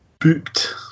Booked